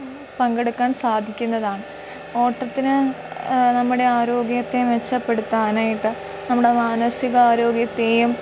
പങ്കെടുക്കാൻ സാധിക്കുന്നതാണ് ഓട്ടത്തിന് നമ്മുടെ ആരോഗ്യത്തെ മെച്ചപ്പെടുത്താനായിട്ട് നമ്മുടെ മാനസിക ആരോഗ്യത്തെയും